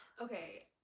Okay